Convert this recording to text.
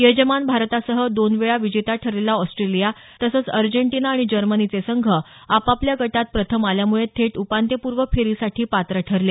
यजमान भारतासह दोन वेळा विजेता ठरलेला ऑस्ट्रेलिया तसंच अर्जेंटिना आणि जर्मनीचे संघ आपापल्या गटात प्रथम आल्यामुळे थेट उपांत्यपूर्व फेरीसाठी पात्र ठरले